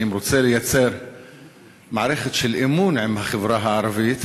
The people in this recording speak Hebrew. רוצים לייצר מערכת של אמון עם החברה הערבית,